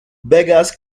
beggars